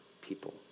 people